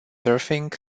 surfing